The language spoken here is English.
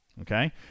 Okay